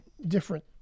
different